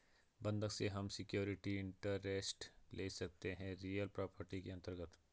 बंधक से हम सिक्योरिटी इंटरेस्ट ले सकते है रियल प्रॉपर्टीज के अंतर्गत